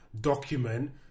document